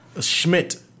Schmidt